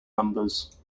numbers